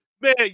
Man